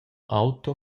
auto